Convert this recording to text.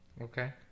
Okay